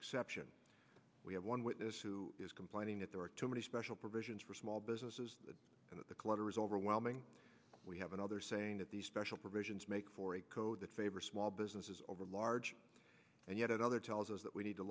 exception we have one witness who is complaining that there are too many special provisions for small businesses and that the clutter is overwhelming we have another saying that these special provisions make for a code that favors small businesses over large and yet other tells us that we need to